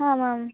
आम् आम्